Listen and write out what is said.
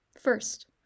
First